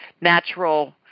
natural